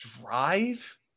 Drive